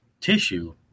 tissue